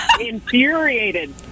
infuriated